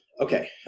Okay